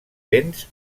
vents